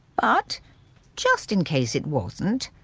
but just in case it wasn't,